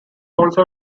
also